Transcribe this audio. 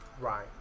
Right